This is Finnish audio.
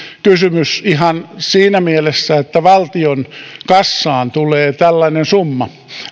kysymys ihan siinä mielessä että valtion kassaan tulee tällainen summa